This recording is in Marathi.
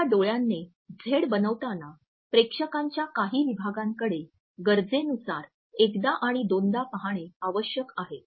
आपल्या डोळ्यांने झेड बनवताना प्रेक्षकांच्या काही विभागांकडे गरजेनूसार एकदा आणि दोनदा पाहणे आवश्यक आहे